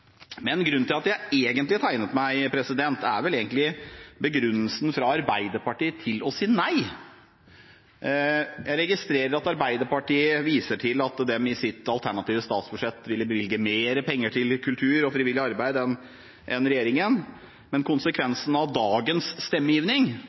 Men grunnen til at jeg tegnet meg, er egentlig begrunnelsen fra Arbeiderpartiet for å si nei. Jeg registrerer at Arbeiderpartiet viser til at de i sitt alternative statsbudsjett ville bevilge mer penger til kultur og frivillig arbeid enn regjeringen, men konsekvensene av dagens stemmegivning